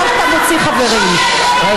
או אתה עוצר את השעון או אתה מוציא חברים.